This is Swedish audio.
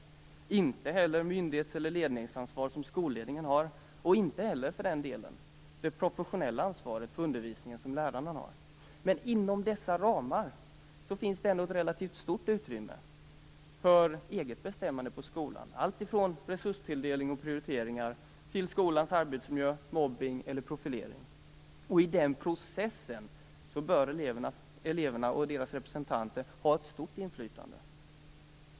De övertar heller inte det myndighets eller ledningsansvar som skolledningen har och för den delen inte heller det professionella ansvaret för undervisningen som lärarna har. Men inom dessa ramar finns ändå ett relativt utrymme för eget bestämmande på skolan om alltifrån resurstilldelning och prioriteringar till skolans arbetsmiljö, mobbning eller profilering. I den processen bör eleverna och deras representanter ha ett stort inflytande.